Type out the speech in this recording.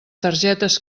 targetes